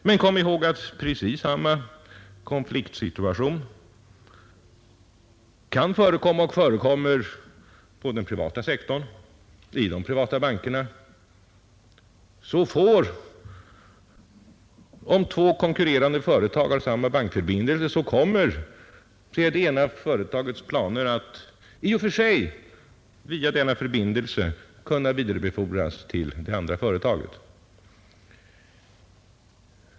Men precis samma konfliktsituation kan förekomma och förekommer på den privata sektorn. Om två konkurrerande företag har samma bankförbindelse kommer i och för sig det ena företagets planer att via denna bankförbindelse kunna vidarebefordras till det andra företaget.